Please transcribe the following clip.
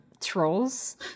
trolls